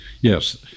Yes